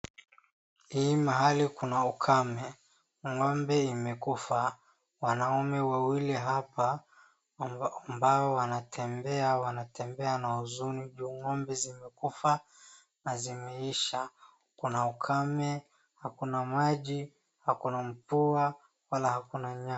Hii mahali kuna ukame, ngombe imekufa, wanaume wawili hapa ambao wanatembea, wanatembea na huzuni ju ngombve zimekufa na zimeisha. Kuna ukame, hakuna maji, hakuna mvua wala hakuna nyasi.